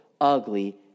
ugly